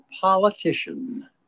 politician